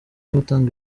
gutanga